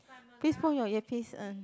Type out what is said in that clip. please put on your earpiece uh